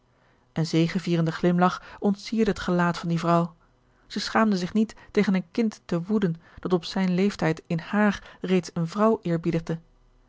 een zegevierende glimlach ontsierde het gelaat van die vrouw zij schaamde zich niet tegen een kind te woeden dat op zijn leeftijd in hààr reeds eene vrouw